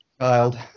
child